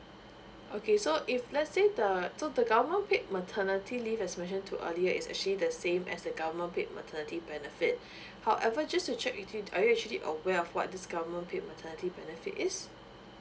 okay so if let's say the so the government paid maternity leave as mentioned to earlier is actually the same as the same the government maternity benefit however just to check with you are you actually aware of what this government paid maternity benefit is